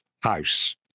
house